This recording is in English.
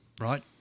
Right